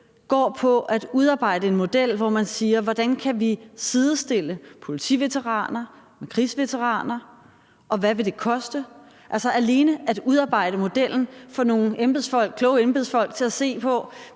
går på at udarbejde en model for, hvordan vi kan sidestille politiveteraner med krigsveteraner, og undersøge, hvad det vil koste – altså alene at udarbejde modellen, få nogle kloge embedsfolk til at se på,